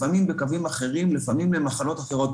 לפעמים בקווים אחרים ולפעמים במחלות אחרות.